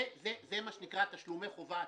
זה מה שנקרא תשלומי חובה.